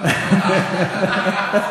רואה?